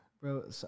bro